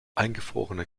eingefrorene